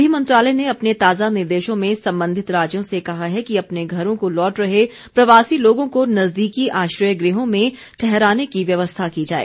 गृह मंत्रालय ने अपने ताजा निर्देशों में संबंधित राज्यों से कहा है कि अपने घरों को लौट रहे प्रवासी लोगों को नजदीकी आश्रय गृहों में ठहराने की व्यवस्था की जाए